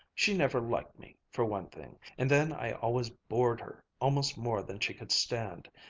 she never liked me, for one thing and then i always bored her almost more than she could stand.